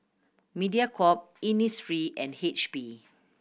Mediacorp Innisfree and H P